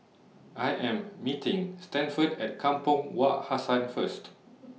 I Am meeting Stanford At Kampong Wak Hassan First